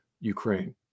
Ukraine